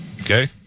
Okay